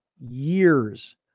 years